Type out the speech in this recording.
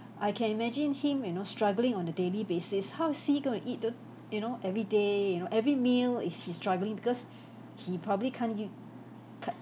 I can imagine him you know struggling on a daily basis how is he going to eat the you know everyday you know every meal is he's struggling because he probably can't use cut